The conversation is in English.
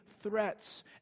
threats